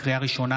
לקריאה ראשונה,